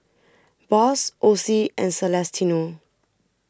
Boss Osie and Celestino